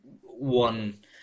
one